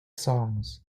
songs